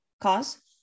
cause